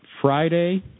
Friday